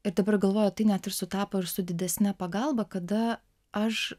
ir dabar galvoju tai net ir sutapo ir su didesne pagalba kada aš